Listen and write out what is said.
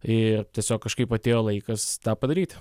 ir tiesiog kažkaip atėjo laikas tą padaryti